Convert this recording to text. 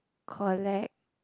collect